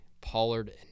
Pollard